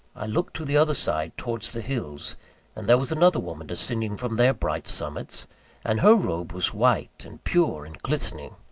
i looked to the other side, towards the hills and there was another woman descending from their bright summits and her robe was white, and pure, and glistening.